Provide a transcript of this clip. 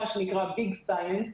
מה שנקרא big science,